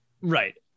Right